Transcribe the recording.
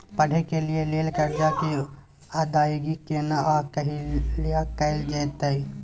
पढै के लिए लेल कर्जा के अदायगी केना आ कहिया कैल जेतै?